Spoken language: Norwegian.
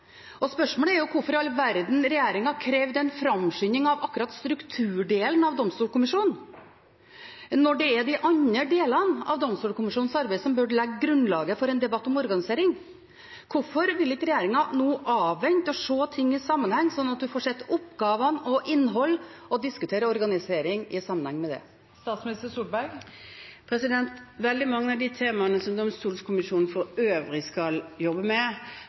Spørsmålet er hvorfor i all verden regjeringen krevde en framskynding av akkurat strukturdelen fra Domstolkommisjonen når det er de andre delene av Domstolkommisjonens arbeid som burde legge grunnlaget for en debatt om organisering. Hvorfor vil ikke regjeringen avvente og se ting i sammenheng, slik at man får sett oppgaver og innhold og diskutere organisering i sammenheng med det? Veldig mange av de temaene som Domstolkommisjonen for øvrig skal jobbe med,